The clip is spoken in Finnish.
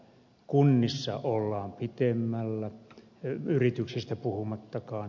kunnissa ollaan pitemmällä yrityksistä puhumattakaan